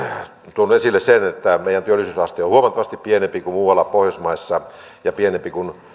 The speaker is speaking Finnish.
tuonut esille sen että meidän työllisyysasteemme on huomattavasti pienempi kuin muualla pohjoismaissa ja pienempi kuin